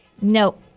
Nope